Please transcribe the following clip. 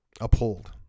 uphold